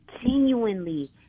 genuinely